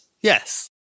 Yes